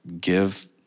give